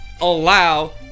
allow